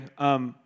Okay